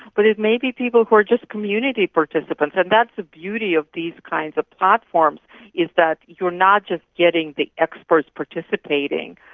but it may be people who were just community participants, and that's the beauty of these kinds of platforms is that you're not just getting the experts participating.